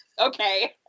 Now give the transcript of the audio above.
okay